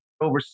over